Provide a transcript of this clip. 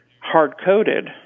hard-coded